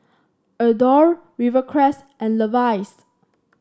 Adore Rivercrest and Levi's